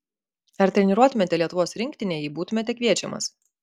ar treniruotumėte lietuvos rinktinę jei būtumėte kviečiamas